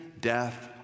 death